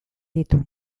ditu